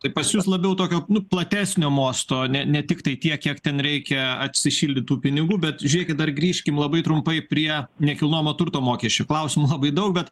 tai pas jus labiau tokio platesnio mosto ne ne tiktai tiek kiek ten reikia atsišildyt pinigų bet žiūrėkit dar grįžkim labai trumpai prie nekilnojamo turto mokesčių klausimų labai daug bet